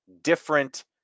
different